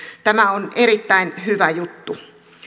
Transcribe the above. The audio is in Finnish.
tämä on erittäin hyvä juttu